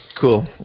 Cool